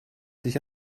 sich